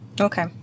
okay